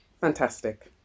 fantastic